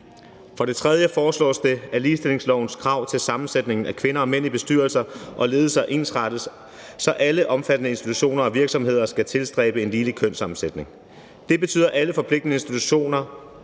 For det tredje foreslås det, at ligestillingslovens krav til sammensætningen af kvinder og mænd i bestyrelser og ledelser ensrettes, så alle omfattede institutioner og virksomheder skal tilstræbe en ligelig kønssammensætning. Det betyder, at alle forpligtede institutioner